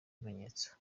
bimenyetso